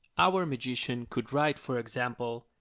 our magician could write for example,